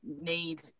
need